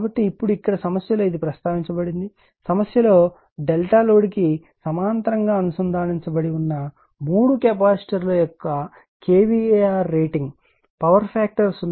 కాబట్టి ఇప్పుడు ఇక్కడ సమస్యలో ఇది ప్రస్తావించబడింది సమస్యలో డెల్టా లోడ్కు సమాంతరంగా అనుసంధానించబడి ఉన్న మూడు కెపాసిటర్ల యొక్క kVAr రేటింగ్ పవర్ ఫాక్టర్ 0